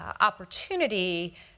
opportunity